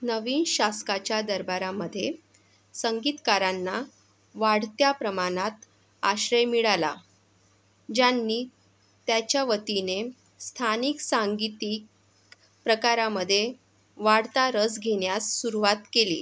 नवी शासकाच्या दरबारामध्ये संगीतकारांना वाढत्या प्रमाणात आश्रय मिळाला ज्यांनी त्याच्या वतीने स्थानिक सांगीतिक प्रकारामध्ये वाढता रस घेण्यास सुरुवात केली